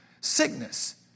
sickness